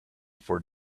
for